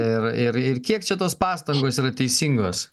ir ir ir kiek čia tos pastangos yra teisingos